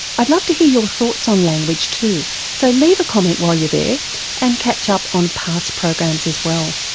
i'd love to hear your thoughts on language too so leave a comment while you're there and catch up on past programs as well.